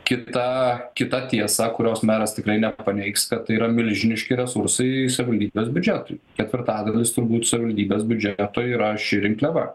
kita kita tiesa kurios meras tikrai nepaneigs kad tai yra milžiniški resursai savivaldybės biudžetui ketvirtadalis turbūt savivaldybės biudžeto yra ši rinkliava